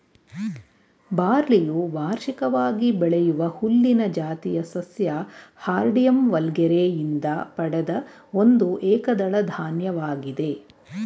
ಬಾರ್ಲಿಯು ವಾರ್ಷಿಕವಾಗಿ ಬೆಳೆಯುವ ಹುಲ್ಲಿನ ಜಾತಿಯ ಸಸ್ಯ ಹಾರ್ಡಿಯಮ್ ವಲ್ಗರೆ ಯಿಂದ ಪಡೆದ ಒಂದು ಏಕದಳ ಧಾನ್ಯವಾಗಿದೆ